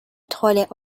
toilet